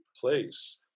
place